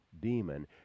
demon